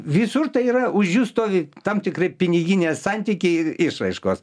visur tai yra už jų stovi tam tikri piniginiai santykiai ir išraiškos